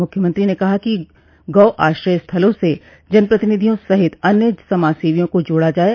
मुख्यमंत्री ने कहा कि गो आश्रय स्थलों से जनप्रतिनिधियों सहित अन्य समाजसेवियों को जोड़ा जाये